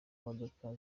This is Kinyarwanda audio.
modoka